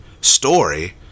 story